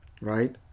Right